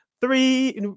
three